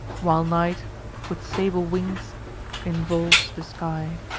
while night with sable wings involves the sky.